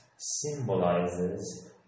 symbolizes